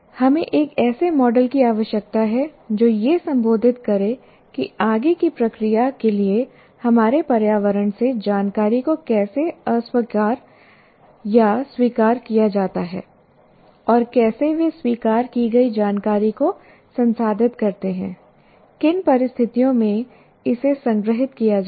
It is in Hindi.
हमें एक ऐसे मॉडल की आवश्यकता है जो यह संबोधित करे कि आगे की प्रक्रिया के लिए हमारे पर्यावरण से जानकारी को कैसे अस्वीकार या स्वीकार किया जाता है और कैसे वे स्वीकार की गई जानकारी को संसाधित करते हैं किन परिस्थितियों में इसे संग्रहीत किया जाता है